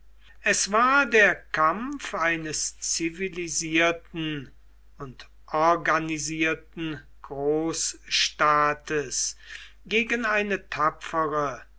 es war der kampf eines zivilisierten und organisierten großstaates gegen eine tapfere